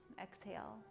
Exhale